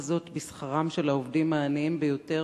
הזאת בשכרם של העובדים העניים ביותר,